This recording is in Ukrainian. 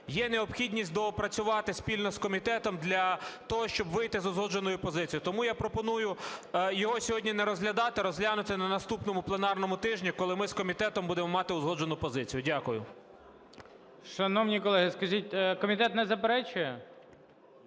є необхідність доопрацювати спільно з комітетом для того, щоб вийти з узгодженою позицією. Тому я пропоную його сьогодні не розглядати, розглянути на наступному пленарному тижні, коли ми з комітетом будемо мати узгоджену позицію. Дякую.